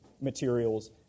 materials